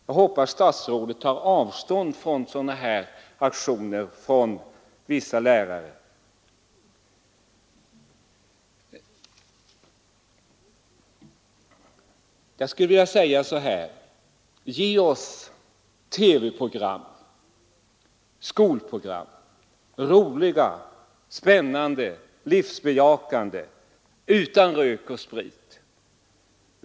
Jag hoppas att statsrådet tar avstånd från sådana här aktioner från vissa lärare. Jag skulle vilja säga så här: Ge oss TV-skolprogram — roliga, spännande, livsbejakande utan rök och sprit!